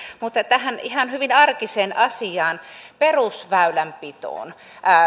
mutta tähän ihan hyvin arkiseen asiaan perusväylänpitoon